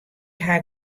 haw